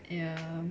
ya